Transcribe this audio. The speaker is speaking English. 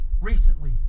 recently